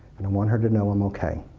and and want her to know i'm ok.